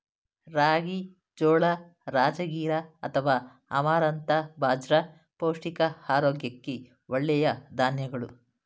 ರಾಗಿ, ಜೋಳ, ರಾಜಗಿರಾ ಅಥವಾ ಅಮರಂಥ ಬಾಜ್ರ ಪೌಷ್ಟಿಕ ಆರೋಗ್ಯಕ್ಕೆ ಒಳ್ಳೆಯ ಧಾನ್ಯಗಳು